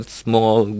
small